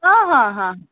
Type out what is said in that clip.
हा हा हा